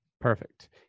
Perfect